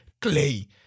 Clay